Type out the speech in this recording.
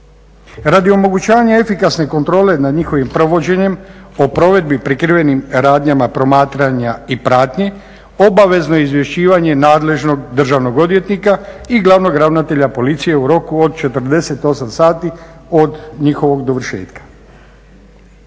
Radi omogućavanja efikasne kontrole nad njihovim provođenjem o provedbi prekrivenim radnjama, promatranja i pratnji, obavezno je izvješćivanje nadležnog državnog odvjetnika i glavnog ravnatelja policije u roku od 48 sati od njihovog dovršetka.